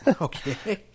Okay